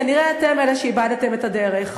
כנראה אתם אלה שאיבדתם את הדרך.